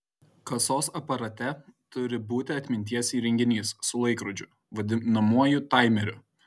kasos aparate turi būti atminties įrenginys su laikrodžiu vadinamuoju taimeriu